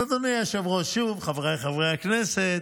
אדוני היושב-ראש, שוב, חבריי חברי הכנסת,